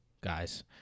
guys